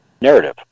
narrative